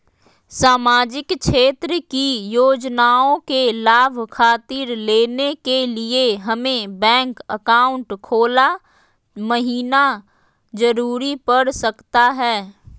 सामाजिक क्षेत्र की योजनाओं के लाभ खातिर लेने के लिए हमें बैंक अकाउंट खोला महिना जरूरी पड़ सकता है?